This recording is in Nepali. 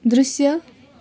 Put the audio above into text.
दृश्य